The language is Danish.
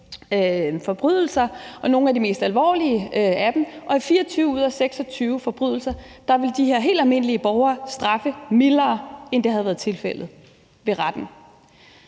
forbrydelser, nogle af de meget alvorlige, og for 24 ud af 26 forbrydelser ville de her helt almindelige borgere straffe mildere, end det havde været tilfældet ved retten.